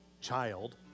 child